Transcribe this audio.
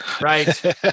Right